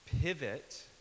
pivot